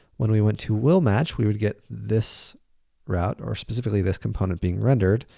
when we went to willmatch, we would get this route, or specifically, this component being rendered.